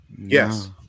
yes